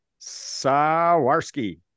Sawarski